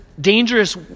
dangerous